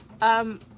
Um-